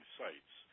sites